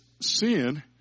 sin